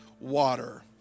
water